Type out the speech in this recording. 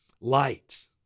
light